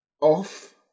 off